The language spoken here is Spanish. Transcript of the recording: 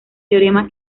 teorema